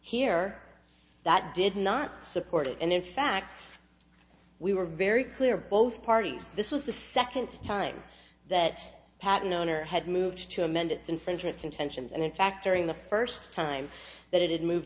here that did not support it and in fact we were very clear both parties this was the second time that patten owner had moved to amend and center its intentions and in fact during the first time that it moved